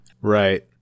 Right